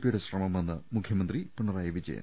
പിയുടെ ശ്രമമെന്ന് മുഖ്യമന്ത്രി പിണ റായി വിജയൻ